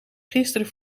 gisteren